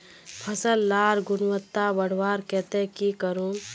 फसल लार गुणवत्ता बढ़वार केते की करूम?